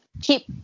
keep